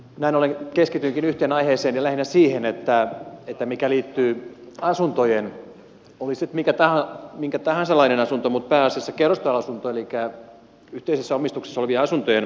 näin ollen keskitynkin yhteen aiheeseen ja lähinnä siihen mikä liittyy asuntojen oli sitten minkä tahansa lainen asunto mutta pääasiassa kerrostaloasunto elikkä yhteisessä omistuksessa olevien asuntojen korjausvelkaan